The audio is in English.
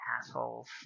assholes